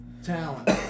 Talent